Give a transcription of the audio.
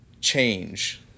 change